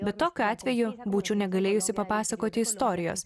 bet tokiu atveju būčiau negalėjusi papasakoti istorijos